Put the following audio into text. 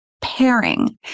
pairing